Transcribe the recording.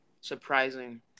surprising